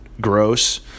Gross